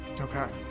Okay